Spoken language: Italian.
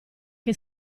che